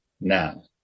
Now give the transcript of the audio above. now